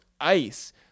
Ice